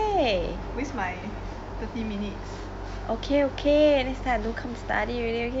waste my thirty minutes